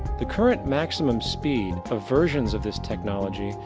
the current maximum speed of versions of this technology,